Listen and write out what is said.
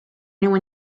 anyone